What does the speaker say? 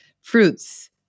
fruits